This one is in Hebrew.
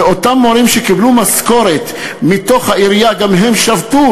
ואותם מורים שקיבלו משכורת מהעירייה, גם הם שבתו.